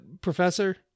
Professor